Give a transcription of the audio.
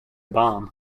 bomb